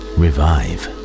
revive